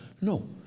No